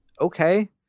Okay